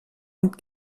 und